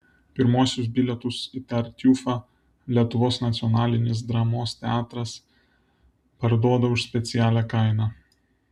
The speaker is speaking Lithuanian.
pirmuosius bilietus į tartiufą lietuvos nacionalinis dramos teatras parduoda už specialią kainą